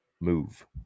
move